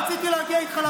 רציתי להגיע איתך להסכמות.